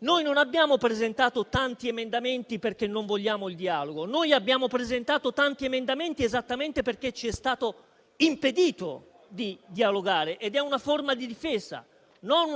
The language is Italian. noi non abbiamo presentato tanti emendamenti perché non vogliamo il dialogo; noi abbiamo presentato tanti emendamenti esattamente perché ci è stato impedito di dialogare ed è una forma di difesa, non